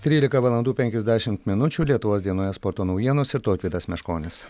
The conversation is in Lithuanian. trylika valandų penkiasdešimt minučių lietuvos dienoje sporto naujienos ir tautvydas meškonis